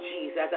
Jesus